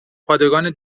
پادگان